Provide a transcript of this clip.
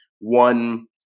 one